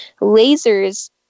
Lasers